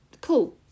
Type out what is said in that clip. cool